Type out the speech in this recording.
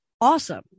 awesome